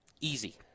Easy